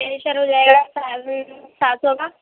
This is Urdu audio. فیشیل ہو جائے گا ساڑھے سات سو کا